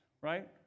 right